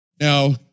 Now